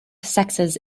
sexes